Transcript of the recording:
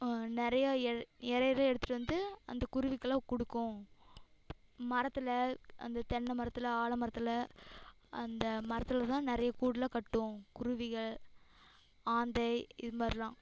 நிறையா எ இரைலாம் எடுத்துட்டு வந்து அந்த குருவிக்கெல்லாம் கொடுக்கும் மரத்தில் அந்த தென்னமரத்தில் ஆலமரத்தில் அந்த மரத்தில்தான் நிறைய கூடுலாம் கட்டும் குருவிகள் ஆந்தை இதுமாதிரிலாம்